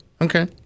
Okay